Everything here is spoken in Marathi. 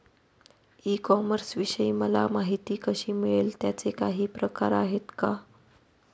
ई कॉमर्सविषयी मला माहिती कशी मिळेल? त्याचे काही प्रकार आहेत का?